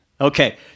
okay